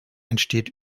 entsteht